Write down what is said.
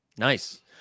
nice